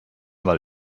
weil